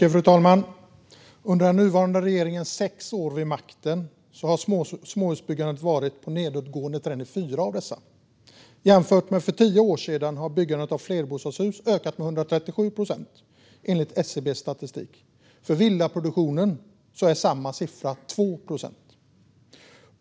Fru talman! Under den nuvarande regeringens sex år vid makten har småhusbyggandet visat en nedåtgående trend under fyra år. Jämfört med för tio år sedan har byggandet av flerbostadshus ökat med 137 procent, enligt SCB:s statistik. För villaproduktionen är motsvarande siffra 2 procent.